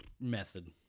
method